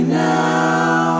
now